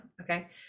Okay